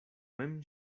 mem